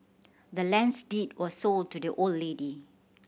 the land's deed was sold to the old lady